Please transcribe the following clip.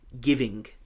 giving